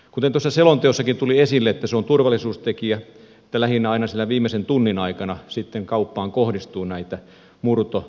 kuten tuossa selonteossakin tuli esille se on turvallisuustekijä ja lähinnä aina sen viimeisen tunnin aikana sitten kauppaan kohdistuu näitä murto ja ryöstöyrityksiä